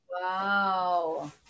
wow